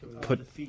put